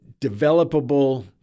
developable